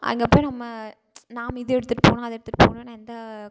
அங்கே போய் நம்ம நாம் இது எடுத்துட்டு போகணும் அதை எடுத்துட்டு போகணுன்னு எந்த